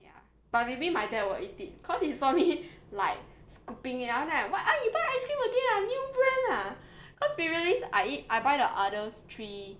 ya but maybe my dad will eat it because he saw me like scooping it then after that !wah! you buy ice cream again ah new brand ah because previously I eat I buy the Udders three